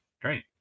great